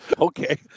Okay